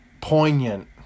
poignant